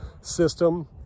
system